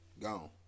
Gone